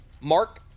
Mark